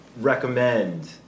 recommend